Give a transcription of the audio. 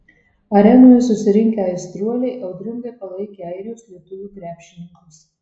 arenoje susirinkę aistruoliai audringai palaikė airijos lietuvių krepšininkus